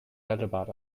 bällebad